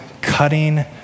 cutting